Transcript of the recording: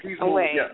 away